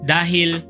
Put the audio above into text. Dahil